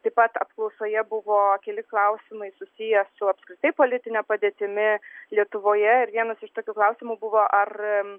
taip pat apklausoje buvo keli klausimai susiję su apskritai politine padėtimi lietuvoje ir vienas iš tokių klausimų buvo ar